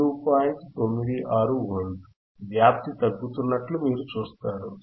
96 వోల్ట్లు వ్యాప్తి తగ్గుతున్నట్లు మీరు చూస్తారు